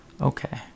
okay